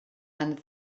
and